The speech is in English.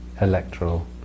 electoral